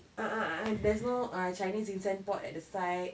ah ah there's no ah chinese incense pot at the side